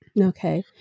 Okay